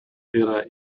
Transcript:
era